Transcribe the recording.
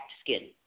skin